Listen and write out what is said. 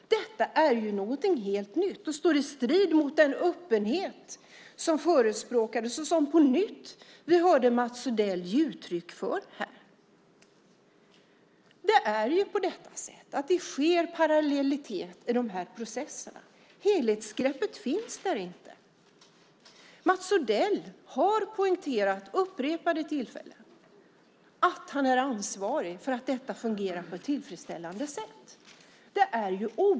Detta är någonting helt nytt. Det står i strid med den öppenhet som förespråkats och som vi på nytt hört Mats Odell här ge uttryck för. Det finns en parallellitet i de här processerna. Det finns inget helhetsgrepp. Mats Odell har vid upprepade tillfällen poängterat att han är ansvarig för att detta fungerar på ett tillfredsställande sätt.